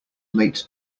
late